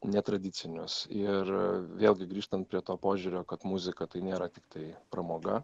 netradicinius ir vėlgi grįžtant prie to požiūrio kad muzika tai nėra tiktai pramoga